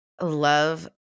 love